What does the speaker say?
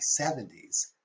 70s